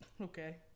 Okay